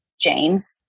James